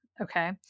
Okay